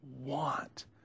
want